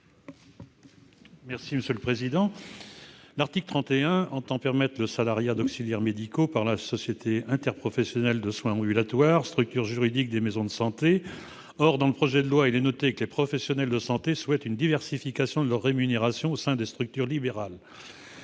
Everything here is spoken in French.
n° 12 rectifié. L'article 31 entend permettre le salariat d'auxiliaires médicaux par les sociétés interprofessionnelles de soins ambulatoires, structures juridiques des maisons de santé. Dans l'exposé des motifs du projet de loi, il est noté que les professionnels de santé souhaitent une diversification de leur mode de rémunération au sein des structures libérales.